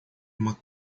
uma